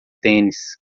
tênis